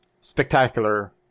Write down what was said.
spectacular